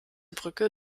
brücke